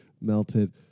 melted